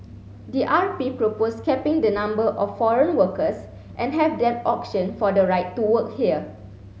the R P proposed capping the number of foreign workers and have them auction for the right to work here